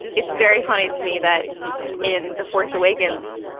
it's very funny to me that in the force awakens,